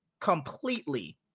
Completely